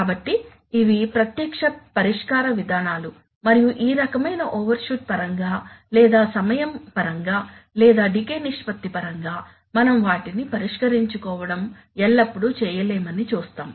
కాబట్టి ఇవి ప్రత్యక్ష పరిష్కార విధానాలు మరియు ఈ రకమైన ఓవర్షూట్ పరంగా లేదా సమయం పరంగా లేదా డికే నిష్పత్తి పరంగా మనం వాటిని పరిష్కరించుకోవడం ఎల్లప్పుడూ చేయలేమని చూస్తాము